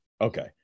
okay